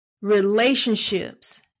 Relationships